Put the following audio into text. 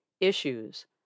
Issues